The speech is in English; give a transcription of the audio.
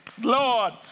Lord